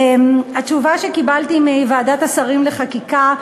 התשובה שקיבלתי מוועדת השרים לחקיקה,